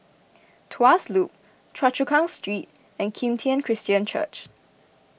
Tuas Loop Choa Chu Kang Street and Kim Tian Christian Church